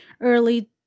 early